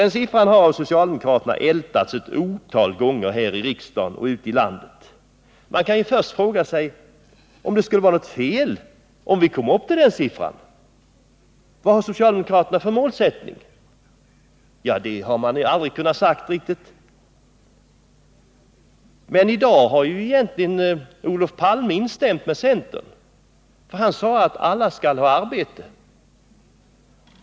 Denna siffra har av socialdemokraterna ältats ett otal gånger här i riksdagen och ute i landet. Skulle det vara något fel om vi kom upp till denna siffra? Vad har socialdemokraterna för målsättning? Det har man aldrig kunnat säga riktigt. Men i dag har egentligen Olof Palme instämt med centern, för han sade att alla skall ha arbete.